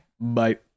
Bye